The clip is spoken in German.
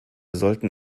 sollten